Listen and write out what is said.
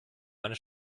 meine